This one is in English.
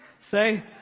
Say